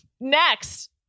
Next